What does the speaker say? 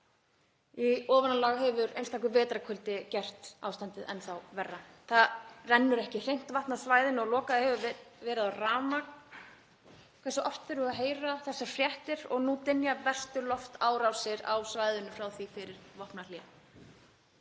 Í ofanálag hefur einstakur vetrarkuldi gert ástandið enn þá verra. Það rennur ekki hreint vatn á svæðinu og lokað hefur verið á rafmagn. Hversu oft þurfum við að heyra þessar fréttir? Og nú dynja verstu loftárásir á svæðinu frá því að vopnahlé